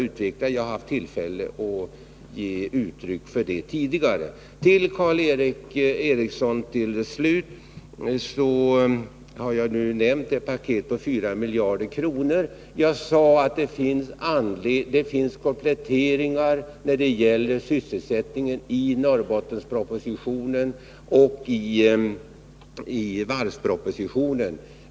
Slutligen till Karl Erik Eriksson: Jag har nämnt paketet för 4 miljarder kronor, och jag sade att det finns kompletteringar i Norrbottenspropositionen och i varvspropositionen.